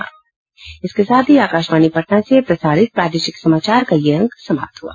इसके साथ ही आकाशवाणी पटना से प्रसारित प्रादेशिक समाचार का ये अंक समाप्त हुआ